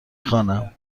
خوانم